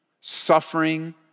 suffering